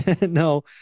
No